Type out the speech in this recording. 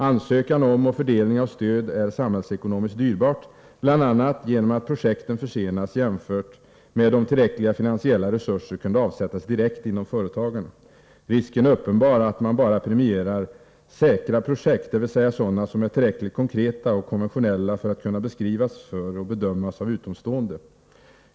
Ansökan om och fördelning av stöd är samhällsekonomiskt dyrbart, bl.a. genom att projekten försenas jämfört med om tillräckliga finansiella resurser kunde avsättas direkt inom företagen. Risken är uppenbar att man bara premierar ”säkra” projekt, dvs. sådana som är tillräckligt konkreta och konventionella för att kunna beskrivas för och bedömas av utomstående.